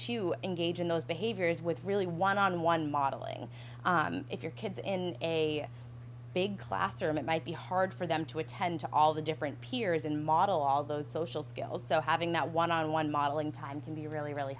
to engage in those behaviors with really one on one modeling if your kids in a big classroom it might be hard for them to attend to all the different peers in model all those social skills so having that one on one modeling time can be really really